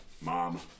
Mom